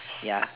ya